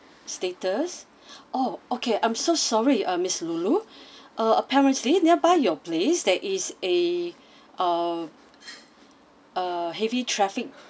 status oh okay I'm so sorry uh miss loulou uh apparently nearby your place there is a a a heavy traffic